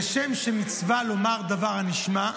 כשם שמצווה על אדם לומר דבר הנשמע,